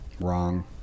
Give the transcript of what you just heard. wrong